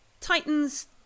Titan's